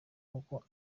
koko